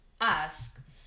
ask